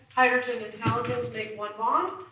hydrogen and halogens make one bond,